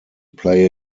play